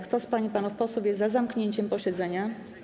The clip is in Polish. Kto z pań i panów posłów jest za zamknięciem posiedzenia?